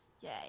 Yay